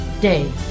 Day